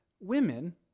women